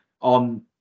on